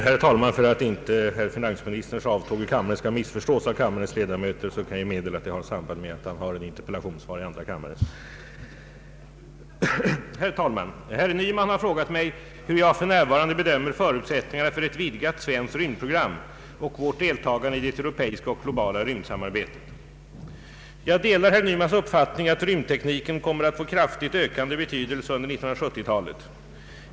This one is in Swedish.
Herr talman! Herr Nyman har frågat mig hur jag för närvarande bedömer förutsättningarna för ett vidgat svenskt rymdprogram och vårt deltagande i det europeiska och globala rymdsamarbetet. Jag delar herr Nymans uppfattning att rymdtekniken kommer att få kraftigt ökande betydelse under 1970-talet.